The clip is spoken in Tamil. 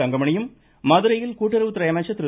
தங்கமணியும் மதுரையில் கூட்டுறவு துறை அமைச்சர் திரு